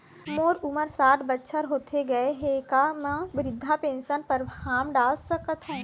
मोर उमर साठ बछर होथे गए हे का म वृद्धावस्था पेंशन पर फार्म डाल सकत हंव?